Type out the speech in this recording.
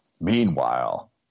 Meanwhile